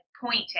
pointing